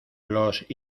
los